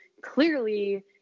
clearly